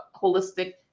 holistic